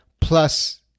plus